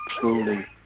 truly